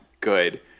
good